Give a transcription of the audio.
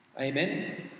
Amen